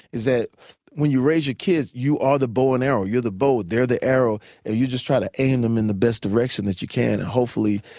that when you raise your kids, you are the bow and arrow. you're the bow, they're the arrow and you just try to aim them in the best direction that you can, and hopefully